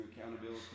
accountability